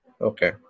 Okay